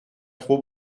trop